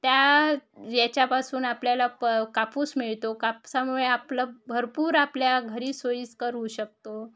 त्या याच्यापासून आपल्याला प कापूस मिळतो कापसामुळे आपलं भरपूर आपल्या घरी सोयीस्कर होऊ शकतो